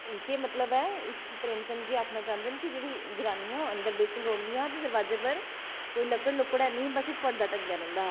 केह् मतलब ऐ कि प्रेमचंद जी आक्खना चाहंदे न की जेह्ड़ियां जनानियां बिच रौहंदियां दरोआज़ै अंदर ते लक्कड़ हैनी बस इक परदा दरोआज़ै ई टंगे दा रौहंदा हा